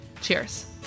Cheers